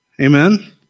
Amen